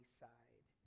side